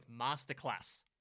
Masterclass